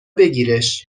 بگیرش